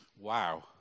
wow